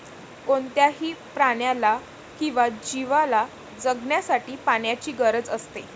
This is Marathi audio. कोणत्याही प्राण्याला किंवा जीवला जगण्यासाठी पाण्याची गरज असते